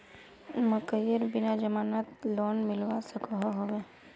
मकईर बिना जमानत लोन मिलवा सकोहो होबे?